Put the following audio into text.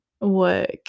work